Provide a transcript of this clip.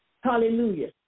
Hallelujah